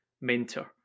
mentor